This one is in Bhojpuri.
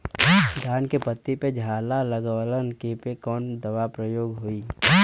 धान के पत्ती पर झाला लगववलन कियेपे कवन दवा प्रयोग होई?